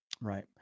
Right